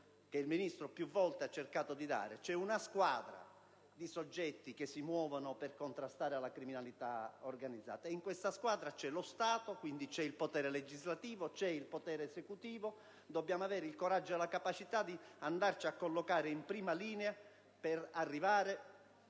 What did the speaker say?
che il Ministro più volte ha cercato di dare. C'è una squadra di soggetti che si muovono per contrastare la criminalità organizzata e in questa squadra c'è lo Stato, quindi il potere legislativo e quello esecutivo. Dobbiamo avere il coraggio e la capacità di andarci a collocare in prima linea per arrivare